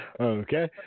Okay